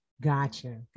Gotcha